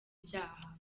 byaha